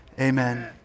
amen